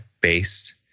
based